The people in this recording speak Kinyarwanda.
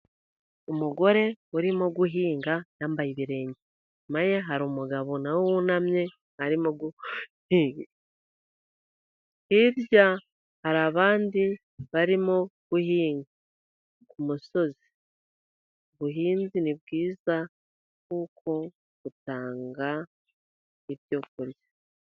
Umugore urimo guhinga yambaye ibirenge inyuma ye hari umugabo nawe wunamye arimo guhinga ,hirya hari abandi barimo guhinga ku musozi. Ubuhinzi ni bwiza kuko butanga ibyo kurya.